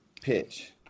pitch